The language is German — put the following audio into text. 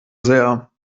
sehr